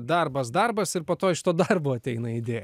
darbas darbas ir po to iš to darbo ateina idėja